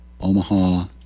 Omaha